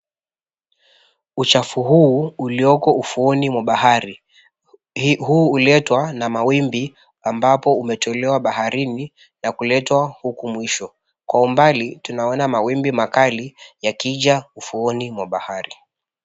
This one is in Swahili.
Uchafu huu uliyoko ufuoni mwa bahari, huu huletwa na mawimbi ambapo umetolewa baharini na kuletwa huku mwisho, kwa umbali tunaona mawimbi makali yakija ufuoni mwa bahari.